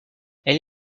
elle